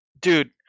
Dude